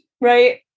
right